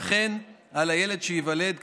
וכן על הילד שייוולד,